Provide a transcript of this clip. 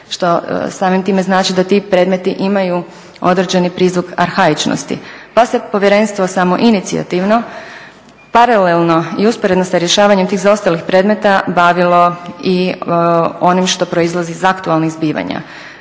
što samim time znači da ti predmeti imaju određeni prizvuk arhaičnosti pa se povjerenstvo samoinicijativno, paralelno i usporedno sa rješavanjem tih zaostalih predmeta bavilo i onim što proizlazi iz aktualnih zbivanja.